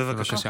בבקשה.